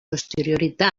posterioritat